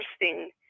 interesting